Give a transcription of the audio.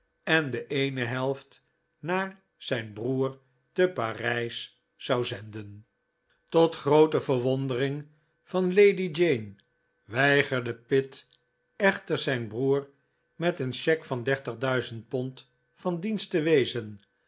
en de eene helft naar zijn broer te parijs zou zenden tot groote verwondering van lady jane weigerde pitt echter zijn broer met een cheque van dertig duizend pond van dienst te wezen